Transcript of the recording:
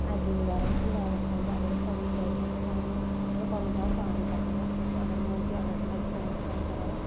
اسہِ زمیٖن دَرن چھُ تیٚلہِ واریاہ فٲیدٕ اَگر أسۍ پَنٕنہِ گرِ ہٮ۪کو پَنُن مطلب پَنُن پان پانے پَکنٲوِتھ اکھ اکھ اَگر اَگر کُنہِ ساتہٕ دُکان چھُ کانٛہہ چلاوان